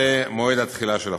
זה מועד התחילה של החוק.